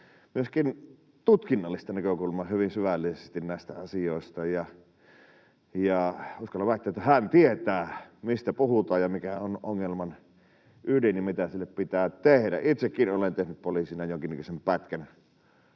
myöskin tutkinnallista näkökulmaa hyvin syvällisesti näistä asioista, ja uskallan väittää, että hän tietää mistä puhutaan ja mikä on ongelman ydin ja mitä sille pitää tehdä. Itsekin olen tehnyt poliisina jonkinnäköisen pätkän